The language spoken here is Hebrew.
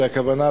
זו הכוונה,